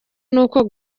nuko